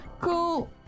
Cool